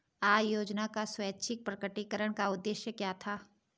आय योजना का स्वैच्छिक प्रकटीकरण का उद्देश्य क्या था?